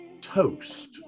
Toast